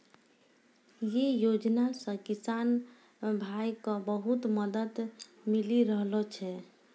यै योजना सॅ किसान भाय क बहुत मदद मिली रहलो छै